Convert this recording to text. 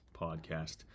Podcast